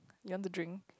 you want to drink